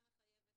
גם מחייב את